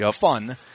Fun